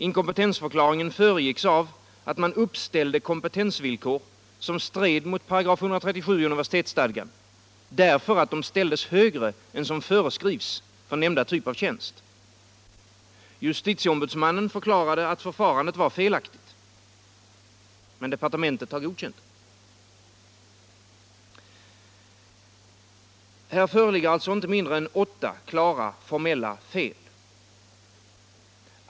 Inkompetensförklaringen föregicks av att man uppställde kompetensvillkor, som stred mot § 137 i universitetsstadgan, därför att de ställdes högre än som föreskrivs för nämnda typ av tjänst. Justitieombudsmannen förklarade att förfarandet var felaktigt. Men departementet godkände det. Här föreligger alltså inte mindre än åtta klara formella fel.